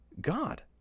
God